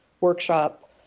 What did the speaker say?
workshop